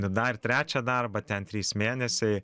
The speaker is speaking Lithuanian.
dar į trečią darbą ten trys mėnesiai